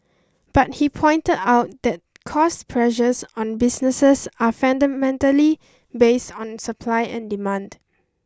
but he pointed out that cost pressures on businesses are fundamentally based on supply and demand